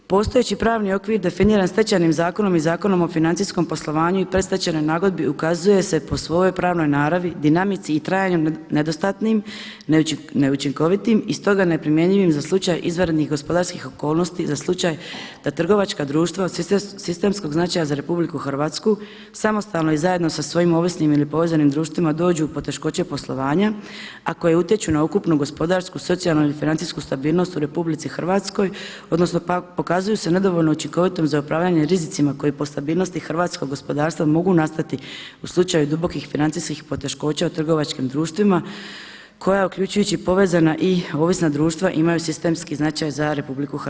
Postojeći pravni okvir definiran Stečajnim zakonom i Zakonom o financijskom poslovanju i predstečajnoj nagodbi ukazuje se po svojoj pravnoj naravi, dinamici i trajanju nedostatnim i neučinkovitim i stoga neprimjenjivim za slučaj izvanrednih gospodarskih okolnosti za slučaj da trgovačka društva od sistemskog značaja za RH samostalno i zajedno sa svojim ovisnim ili povezanim društvima dođu u poteškoće poslovanja, a koje utječu na ukupnu gospodarsku, socijalnu ili financijsku stabilnost u RH odnosno pokazuju se nedovoljno učinkovitom za upravljanjem rizicima koje po stabilnosti hrvatskog gospodarstva mogu nastati u slučaju dubokih financijskih poteškoća u trgovačkim društvima koja uključujući povezana i ovisna društva imaju sistemski značaj za RH.